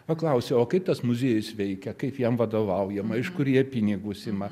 paklausi o kaip tas muziejus veikia kaip jam vadovaujama iš kur jie pinigus ima